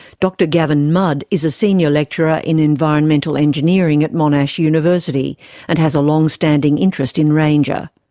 dr gavin mudd is a senior lecturer in environmental engineering at monash university and has a long standing interest in ranger.